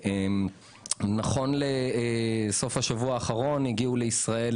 נכון לסוף השבוע האחרון, הגיעו לישראל